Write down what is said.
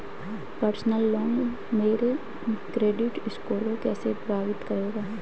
Personal loan मेरे credit score को कैसे प्रभावित करेगा?